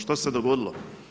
Što se dogodilo?